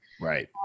Right